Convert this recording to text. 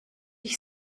ich